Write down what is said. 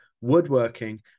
woodworking